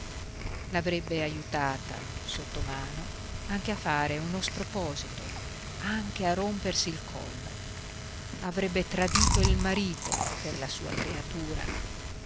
l'avrebbe aiutata sottomano anche a fare uno sproposito anche a rompersi il collo avrebbe tradito il marito per la sua creatura